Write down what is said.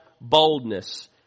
boldness